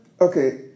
okay